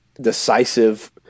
decisive